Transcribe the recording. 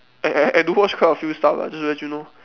I I I I do watch quite a few stuff ah just to let you know